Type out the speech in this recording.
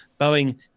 Boeing